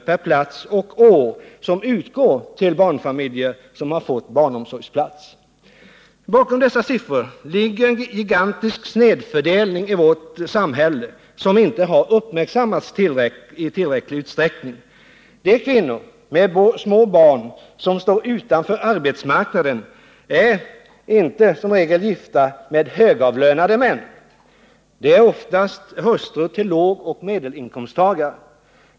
per plats och år som utgår till de barnfamiljer som har fått barnomsorgsplats. Bakom dessa siffror ligger en gigantisk snedfördelning i vårt samhälle som inte har uppmärksammats i tillräcklig utsträckning. De kvinnor med små barn som står utanför arbetsmarknaden är som regel inte gifta med högavlönade män. De är oftast hustrur till lågoch medelinkomsttagare.